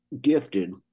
gifted